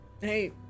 hey